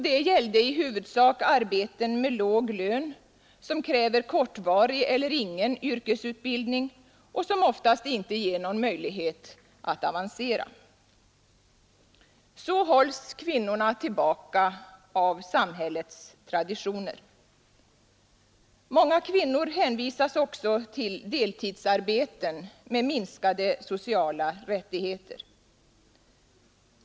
Det gällde i huvudsak arbeten med låg lön som kräver kortvarig eller ingen yrkesutbildning och som oftast inte ger någon möjlighet att avancera. Så hålls kvinnorna tillbaka av samhällets traditioner. Många kvinnor hänvisas också till deltidsarbeten med minskade sociala rättigheter.